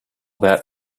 that